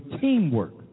teamwork